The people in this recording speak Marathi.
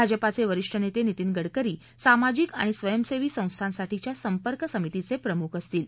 भाजपचे वरिष्ठ नेते नितीन गडकरी सामाजिक आणि स्वयंसेवी संस्थासाठीच्या सपर्क समितीचे प्रमुख असतील